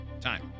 Time